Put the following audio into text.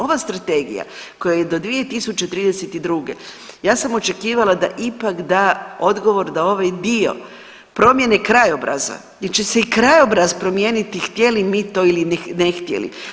Ova strategija koja je do 2032. ja sam očekivala da ipak da odgovor da ovaj dio promjene krajobraza jer će se i krajobraz promijenit htjeli mi to ili ne htjeli.